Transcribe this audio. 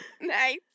Nice